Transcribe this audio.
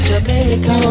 Jamaica